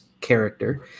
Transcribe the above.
character